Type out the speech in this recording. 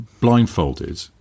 blindfolded